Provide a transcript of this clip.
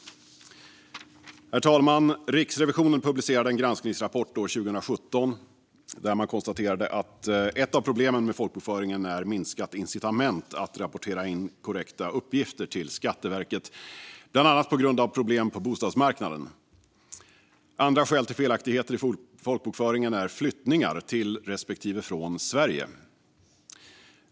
Herr talman! Riksrevisionen publicerade en granskningsrapport år 2017 där man konstaterade att ett av problemen med folkbokföringen är minskat incitament att rapportera in korrekta uppgifter till Skatteverket, bland annat på grund av problem på bostadsmarknaden. Andra skäl till felaktigheter i folkbokföringen är flyttar till respektive från Sverige.